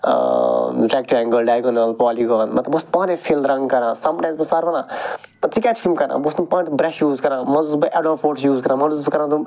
ٲں rectangle diagonal polygon مطلب بہِ اوسس پانٔے فِل رنگ کران سم ٹایمٕز اوس مےٚ سر ونان ژٕ کیٚازِ چھُکھ یِم کران بہِ اوسُس نا پانہٕ یِم برٛیٚش یوٗز کران منٛزٕ اوسُس بہِ ایٚڈوب فوٹوشواپ یوٗز کران منٛزٕ اوسس بہِ کران تِم